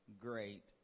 great